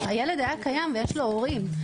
הילד היה קיים ויש לו הורים.